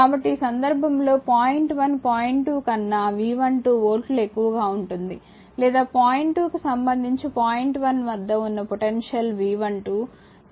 కాబట్టి ఈ సందర్భంలో పాయింట్ 1 పాయింట్ 2 కన్నాV12 వోల్ట్లు ఎక్కువగా ఉంటుంది లేదా పాయింట్ 2 కి సంబంధించి పాయింట్ 1 వద్ద ఉన్న పొటెన్షియల్ V12